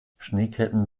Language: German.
schneeketten